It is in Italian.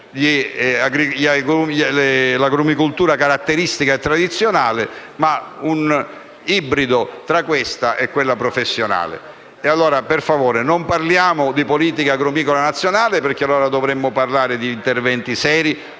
l'agrumicoltura caratteristica tradizionale ma un ibrido tra questa e quella professionale. Per favore, non parliamo allora di politica agrumicola nazionale, perché in tal caso dovremmo parlare di interventi seri